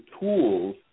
tools